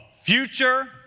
future